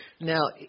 now